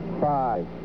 Five